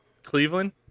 cleveland